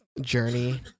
journey